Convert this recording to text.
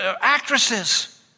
actresses